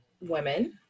women